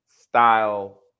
style